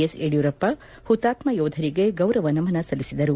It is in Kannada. ಎಸ್ ಯಡಿಯೂರಪ್ಪ ಹುತಾತ್ಮ ಯೋಧರಿಗೆ ಗೌರವ ನಮನ ಸಲ್ಲಿಸಿದರು